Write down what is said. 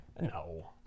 No